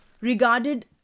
Regarded